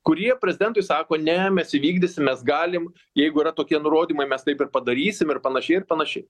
kurie prezidentui sako ne mes įvykdysim mes galim jeigu yra tokie nurodymai mes taip ir padarysim ir panašiai ir panašiai